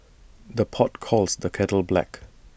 the pot calls the kettle black